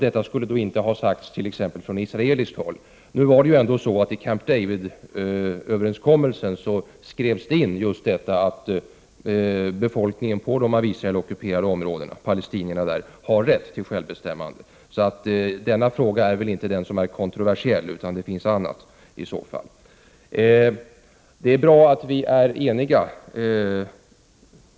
Detta skulle då inte ha uttalats från israeliskt håll. Nu skrevs det emellertid in i Camp David-överenskommelsen att befolkningen på de av Israel ockuperade områdena, dvs. palestinierna, har rätt till självbestämmande. Så denna fråga är väl inte kontroversiell. Det finns emellertid annat. Det är bra att vi är eniga.